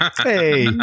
Hey